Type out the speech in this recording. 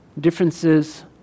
Differences